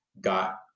got